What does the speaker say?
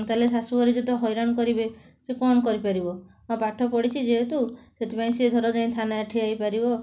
ତା'ହେଲେ ଶାଶୂଘରେ ଯେତେ ହଇରାଣ କରିବେ ସିଏ କ'ଣ କରିପାରିବ ହଁ ପାଠ ପଢ଼ିଛି ଯେହେତୁ ସେଥିପାଇଁ ସିଏ ଧର ଯାଇ ଥାନାରେ ଠିଆ ହେଇପାରିବ